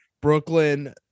Brooklyn